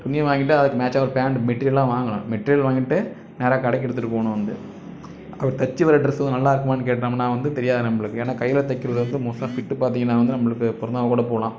துணியை வாங்கிட்டு அதுக்கு மேட்ச்சாக ஒரு பேண்ட் மெட்டீரியலாக வாங்கணும் மெட்டீரியல் வாங்கிட்டு நேராக கடைக்கு எடுத்துகிட்டு போகணும் வந்து தைச்சி வர டிரெஸ்லாம் நல்லாயிருக்குமான் கேட்டோமுன்னா வந்து தெரியாது நம்மளுக்கு ஏன்னா கையில தைக்கிறது வந்து மோஸ்ட்டாக ஃபிட் பார்த்தீங்கன்னா வந்து நம்மளுக்கு பொருந்தாமல் கூட போகலாம்